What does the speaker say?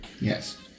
yes